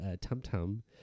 tum-tum